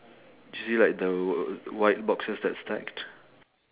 do you see like the white boxes that side